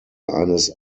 eines